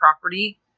property